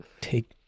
Take